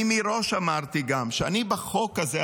אני גם אמרתי מראש שאני בחוק הזה,